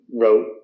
wrote